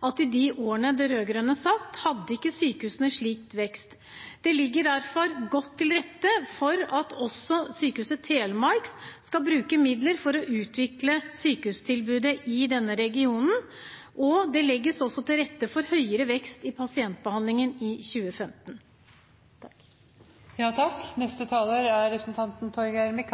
at i de årene de rød-grønne satt, hadde ikke sykehusene slik vekst. Det ligger derfor godt til rette for at også Sykehuset Telemark skal bruke midler for å utvikle sykehustilbudet i denne regionen, og det legges også til rette for høyere vekst i pasientbehandlingen i 2015. Som saksordføreren pekte på, er utviklingsplanen for Sykehuset Telemark